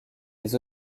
les